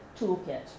toolkit